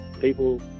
people